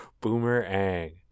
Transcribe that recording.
Boomerang